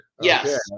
yes